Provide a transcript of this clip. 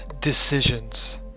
decisions